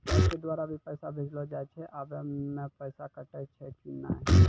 App के द्वारा भी पैसा भेजलो जाय छै आबै मे पैसा कटैय छै कि नैय?